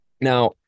Now